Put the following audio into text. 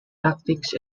tactics